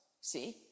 see